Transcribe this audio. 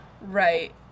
Right